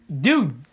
Dude